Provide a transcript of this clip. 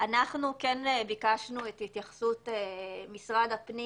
אנחנו כן ביקשנו את התייחסות משרד הפנים